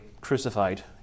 crucified